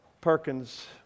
Perkins